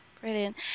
Brilliant